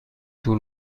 طول